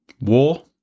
War